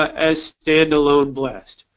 as standalone blast.